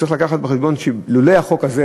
צריך לקחת בחשבון שלולא החוק הזה,